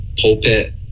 pulpit